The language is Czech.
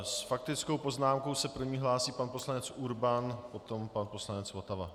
S faktickou poznámkou se jako první hlásí pan poslanec Urban, potom pan poslanec Votava.